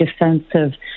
defensive